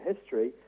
history